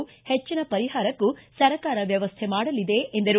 ಪೆಚ್ಚನ ಪರಿಹಾರಕ್ಕೂ ಸರ್ಕಾರ ವ್ಯವಸ್ಥೆ ಮಾಡಲಿದೆ ಎಂದರು